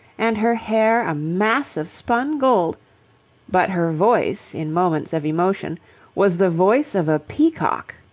and her hair a mass of spun gold but her voice in moments of emotion was the voice of a peacock.